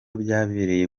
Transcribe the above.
byabereye